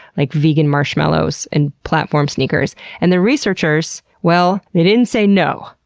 like, vegan marshmallows and platform sneakers. and the researchers, well, they didn't say no.